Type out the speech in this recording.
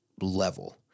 level